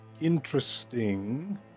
Interesting